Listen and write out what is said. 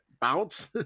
bounce